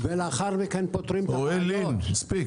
תגבירו את היעד המרכזי - הפרדת הרציפים.